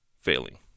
failing